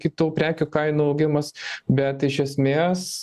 kitų prekių kainų augimas bet iš esmės